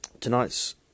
Tonight's